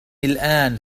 الآن